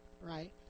right